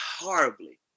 horribly